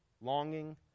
longing